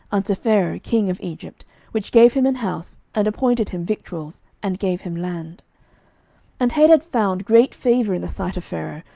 unto pharaoh king of egypt which gave him an house, and appointed him victuals, and gave him land and hadad found great favour in the sight of pharaoh,